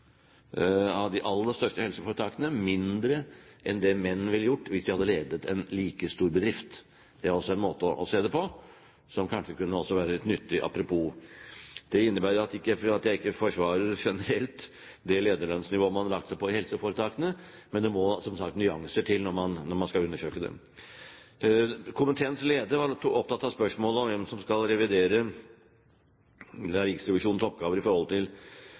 de aller største helseforetakene mindre enn det menn ville ha gjort hvis de hadde ledet en like stor bedrift. Det er også en måte å se det på, som kanskje kunne være et nyttig apropos. Det innebærer ikke at jeg ikke forsvarer generelt det lederlønnsnivået man har lagt seg på i helseforetakene, men det må, som sagt, nyanser til når man skal undersøke dem. Komiteens leder var opptatt av spørsmålet om hvem som skal revidere Riksrevisjonens oppgaver i forhold til